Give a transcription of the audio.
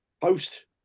post